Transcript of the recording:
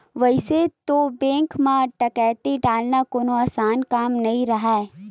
वइसे तो बेंक म डकैती डालना कोनो असान काम नइ राहय